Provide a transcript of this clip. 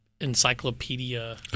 encyclopedia